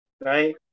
right